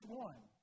one